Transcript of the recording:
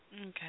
Okay